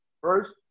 first